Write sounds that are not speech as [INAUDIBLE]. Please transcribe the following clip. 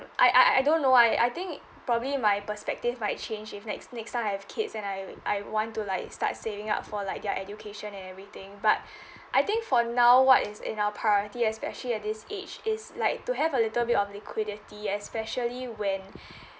I I I don't know I I think probably my perspective might change if next next time I have kids and I I want to like start saving up for like their education and everything but [BREATH] I think for now what is in our priority especially at this age is like to have a little bit of liquidity especially when [BREATH]